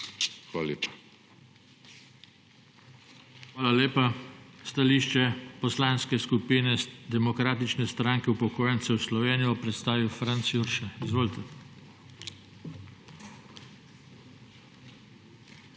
JOŽE TANKO: Hvala lepa. Stališče Poslanske skupine Demokratične stranke upokojencev Slovenije bo predstavil Franc Jurša. Izvolite. FRANC